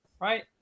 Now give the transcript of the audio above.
right